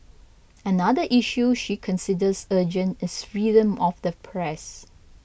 another issue she considers urgent is freedom of the press